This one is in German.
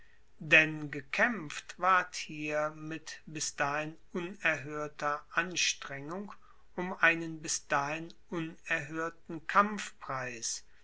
denn gekaempft ward hier mit bis dahin unerhoerter anstrengung um einen bis dahin unerhoerten kampfpreis